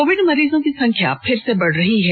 Covid मरीजों की संख्या फिर से बढ़ रही है